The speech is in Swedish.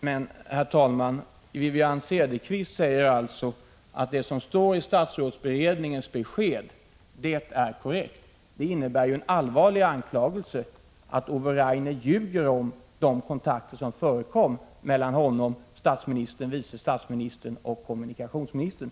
Herr talman! Wivi-Anne Cederqvist säger att det som står i statsrådsberedningens besked är korrekt. Det innebär en allvarlig anklagelse att Ove Rainer ljuger om de kontakter som förekom mellan honom, statsministern, vice statsministern och kommunikationsministern.